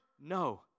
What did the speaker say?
no